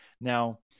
Now